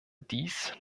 dies